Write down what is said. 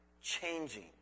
changing